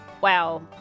Wow